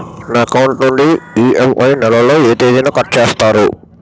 నా అకౌంట్ నుండి ఇ.ఎం.ఐ నెల లో ఏ తేదీన కట్ చేస్తారు?